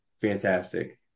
fantastic